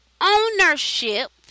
ownership